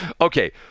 Okay